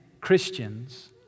Christians